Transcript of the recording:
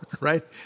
right